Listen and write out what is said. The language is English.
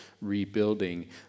rebuilding